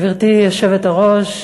גברתי היושבת-ראש,